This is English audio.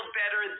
better